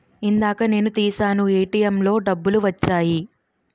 ఇందాక నేను తీశాను ఏటీఎంలో డబ్బులు వచ్చాయి